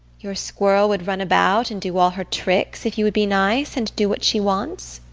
your squirrel would run about and do all her tricks if you would be nice, and do what she wants.